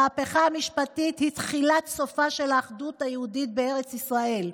המהפכה המשפטית היא תחילת סופה של האחדות היהודית בארץ ישראל.